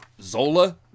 Zola